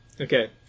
Okay